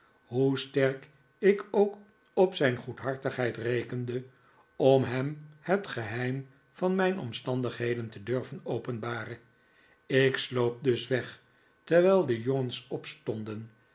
jioe sferk ik ook op zijn goedhartigheid rekende om hem het geheim van mijn omstandigheden te durven openbaren ik sloop dus weg terwijl de jongens opstonden